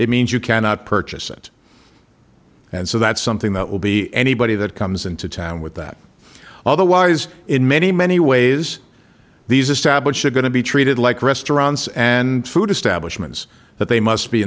it means you cannot purchase it and so that's something that will be anybody that comes into town with that otherwise in many many ways these establish are going to be treated like restaurants and food establishments that they must be